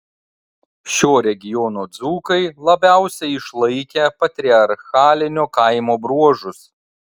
šio regiono dzūkai labiausiai išlaikę patriarchalinio kaimo bruožus